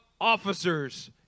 officers